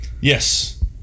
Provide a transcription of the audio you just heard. Yes